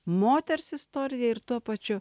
moters istoriją ir tuo pačiu